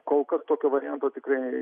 kol kas tokio varianto tikrai